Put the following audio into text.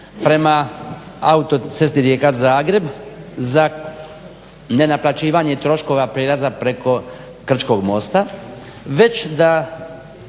prema autocesti Rijeka-Zagreb za nenaplaćivanje prostora prijelaza preko Krčkog mosta već da